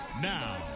Now